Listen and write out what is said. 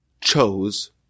chose